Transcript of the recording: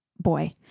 boy